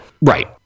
Right